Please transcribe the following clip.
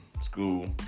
school